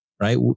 right